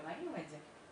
וראינו את זה,